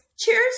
Cheers